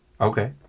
Okay